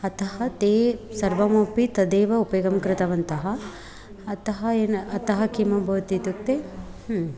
अतः ते सर्वमपि तदेव उपयोगं कृतवन्तः अतः येन अतः किम् अभवत् इत्युक्ते